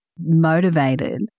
motivated